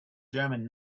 german